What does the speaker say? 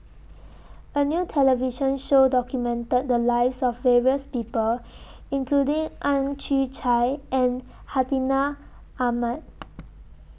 A New television Show documented The Lives of various People including Ang Chwee Chai and Hartinah Ahmad